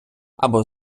або